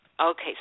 Okay